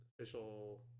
official